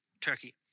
Turkey